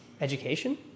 Education